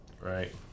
right